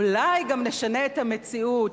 אולי גם נשנה את המציאות.